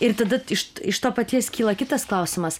ir tada iš iš to paties kyla kitas klausimas